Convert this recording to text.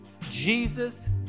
Jesus